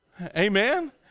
Amen